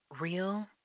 Real